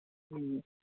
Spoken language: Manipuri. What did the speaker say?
ꯎꯝ